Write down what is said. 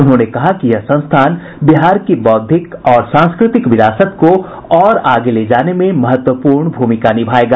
उन्होंने कहा कि यह संस्थान बिहार की बौद्धिक और सांस्कृतिक विरासत को और आगे ले जाने में महत्वपूर्ण भूमिका निभायेगा